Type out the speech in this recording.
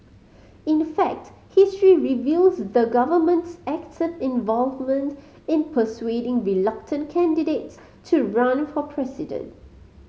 in fact history reveals the government's active involvement in persuading reluctant candidates to run for president